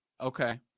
Okay